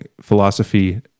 philosophy